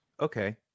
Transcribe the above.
okay